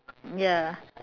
ya